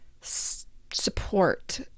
support